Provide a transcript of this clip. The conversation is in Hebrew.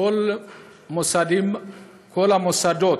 כל המוסדות